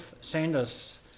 Sanders